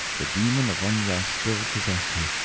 the demon of unrest still possessed her.